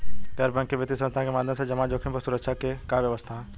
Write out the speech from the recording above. गैर बैंकिंग वित्तीय संस्था के माध्यम से जमा जोखिम पर सुरक्षा के का व्यवस्था ह?